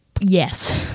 Yes